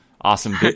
awesome